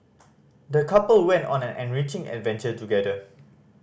the couple went on an enriching adventure together